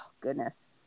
goodness